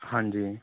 ਹਾਂਜੀ